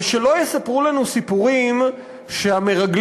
ושלא יספרו לנו סיפורים שהמרגלים